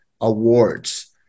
awards